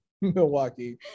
Milwaukee